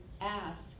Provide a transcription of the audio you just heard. ask